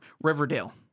Riverdale